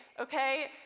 okay